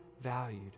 valued